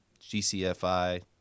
gcfi